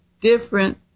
different